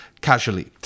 casually